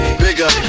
bigger